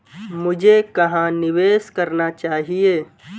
मुझे कहां निवेश करना चाहिए?